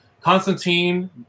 Constantine